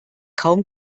kaum